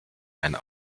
einen